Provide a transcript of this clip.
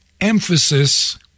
emphasis